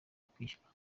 kwishyura